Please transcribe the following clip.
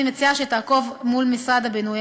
אני מציעה שתעקוב מול משרד הבינוי